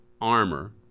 armor